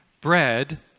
bread